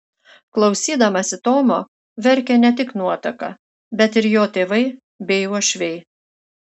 klausydamasi tomo verkė ne tik nuotaka bet ir jo tėvai bei uošviai